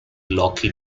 lockheed